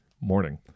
morning